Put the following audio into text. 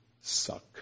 suck